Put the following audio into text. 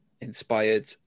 inspired